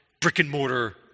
brick-and-mortar